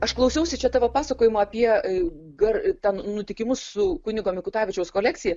aš klausiausi čia tavo pasakojimo apie tai gal ten nutikimus su kunigo mikutavičiaus kolekcija